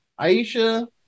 aisha